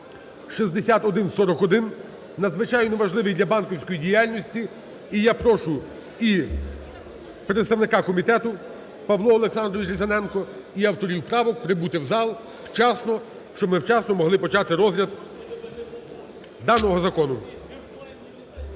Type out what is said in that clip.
6141, надзвичайно важливий для банківської діяльності. І я прошу і представника комітету, Павло Олександрович Різаненко, і авторів правок прибути в зал вчасно, щоб ми вчасно могли почати розгляд даного закону.